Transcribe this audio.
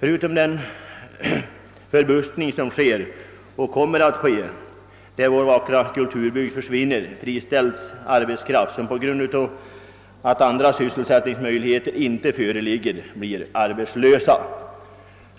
Förutom att vi får en fortskridande förbuskning, när vår vackra kulturbygd försvinner, friställs arbetskraft, som på grund av att andra sysselsättningsmöjligheter inte föreligger blir arbetslös.